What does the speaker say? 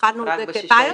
התחלנו את זה בפיילוט.